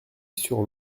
sur